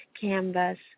canvas